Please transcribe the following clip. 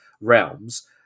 realms